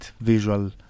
visual